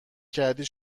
کردی